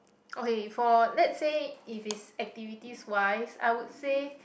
okay for let's say if it's activities wise I would say